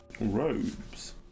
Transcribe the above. Robes